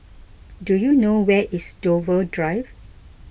do you know where is Dover Drive